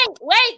wait